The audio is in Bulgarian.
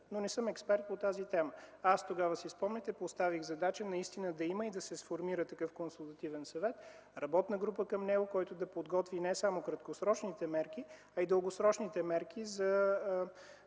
но не съм експерт по тази тема. Спомняте си, аз тогава поставих задача наистина да има и да се сформира такъв консултативен съвет, работна група към него, която да подготви не само краткосрочните, а и дългосрочните мерки за